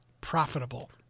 profitable